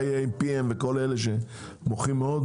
ה-"am:pm" וכל האלה שמוכרים במחיר מאוד,